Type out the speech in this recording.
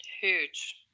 Huge